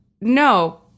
No